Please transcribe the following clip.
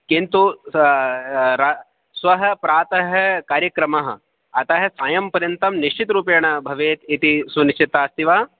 किन्तु स्वः प्रातः कार्यक्रमः अतः सायंपर्यन्तं निश्चितरूपेण भवेत् इति सुनिश्चिता अस्ति वा